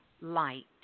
light